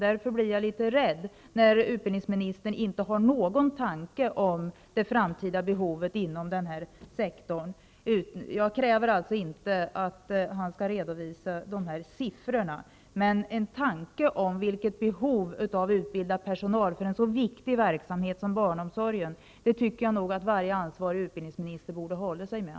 Därför blir jag litet rädd när utbildningsministern inte har någon tanke om det framtida behovet inom denna sektor. Jag kräver inte att utbildningsministern skall redovisa siffrorna, men en tanke om behovet av utbildad personal för en så viktig verksamhet som barnomsorgen, tycker jag nog att varje ansvarig utbildningsminister borde hålla sig med.